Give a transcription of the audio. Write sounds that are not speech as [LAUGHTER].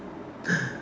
[NOISE]